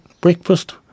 breakfast